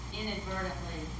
inadvertently